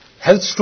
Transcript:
Health